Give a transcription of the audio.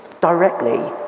directly